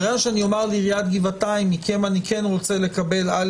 בגלל שאני אומר לעיריית גבעתיים: מכם אני כן רוצה לקבל כך